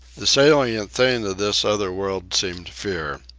the salient thing of this other world seemed fear.